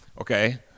Okay